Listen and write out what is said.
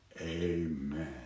Amen